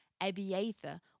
Abiathar